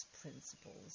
principles